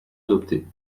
adoptés